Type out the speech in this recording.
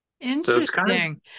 Interesting